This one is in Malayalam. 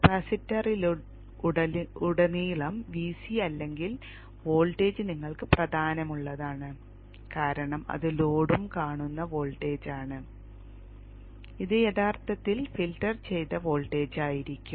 കപ്പാസിറ്ററിലുടനീളം Vc അല്ലെങ്കിൽ വോൾട്ടേജ് നിങ്ങൾക്ക് പ്രാധാന്യമുള്ളതാണ് കാരണം അത് ലോഡും കാണുന്ന വോൾട്ടേജാണ് ഇത് യഥാർത്ഥത്തിൽ ഫിൽട്ടർ ചെയ്ത വോൾട്ടേജായിരിക്കും